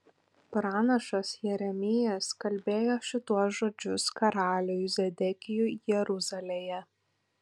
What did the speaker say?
pranašas jeremijas kalbėjo šituos žodžius karaliui zedekijui jeruzalėje